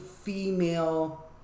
female